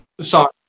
sorry